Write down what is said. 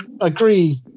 agree